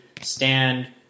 stand